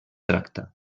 tracta